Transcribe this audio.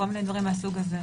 דברים מהסוג הזה.